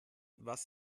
was